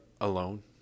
alone